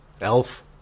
elf